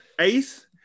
Ace